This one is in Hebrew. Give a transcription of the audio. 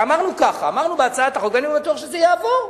אמרנו בהצעת החוק, והיינו בטוחים שזה יעבור,